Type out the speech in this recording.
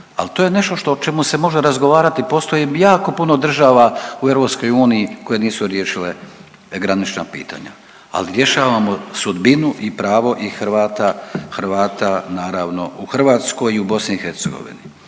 ali to je nešto o čemu se može razgovarati, postoji jako puno država u EU koje nisu riješile granična pitanja, ali rješavamo sudbinu i pravo i Hrvata naravno u Hrvatskoj i u BiH.